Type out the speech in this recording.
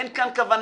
אין כאן כוונה.